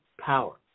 power